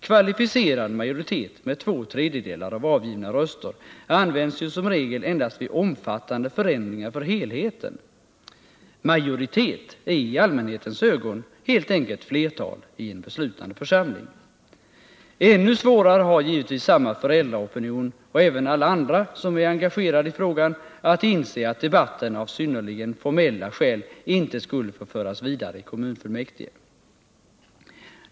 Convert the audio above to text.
Kvalificerad majoritet med två tredjedelar av avgivna röster används ju som regel endast vid omfattande förändringar för helheten. Majoritet är i allmänhetens ögon helt enkelt flertal i en beslutande församling. Ännu svårare har givetvis samma föräldraopinion och även alla andra som är engagerade i frågan att inse att debatten av synnerligen formella skäl inte skulle få föras vidare i kommunfullmäktige.